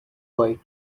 white